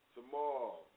Tomorrow